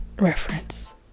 reference